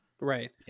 Right